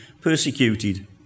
persecuted